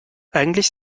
eigentlich